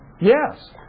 Yes